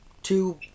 two